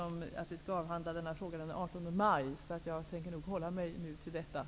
Men jag måste nog hålla mig till den tidsplanen.